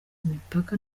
imipaka